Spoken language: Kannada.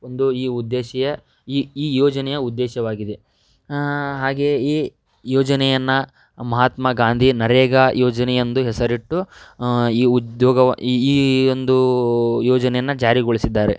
ಒಂದು ಈ ಉದ್ದೇಶ ಈ ಈ ಯೋಜನೆಯ ಉದ್ದೇಶವಾಗಿದೆ ಹಾಗೆಯೇ ಈ ಯೋಜನೆಯನ್ನು ಮಹಾತ್ಮ ಗಾಂಧಿ ನರೇಗಾ ಯೋಜನೆ ಎಂದು ಹೆಸರಿಟ್ಟು ಈ ಉದ್ಯೋಗವ ಈ ಈ ಒಂದು ಯೋಜನೆಯನ್ನು ಜಾರಿಗೊಳಿಸಿದ್ದಾರೆ